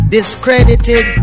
Discredited